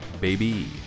baby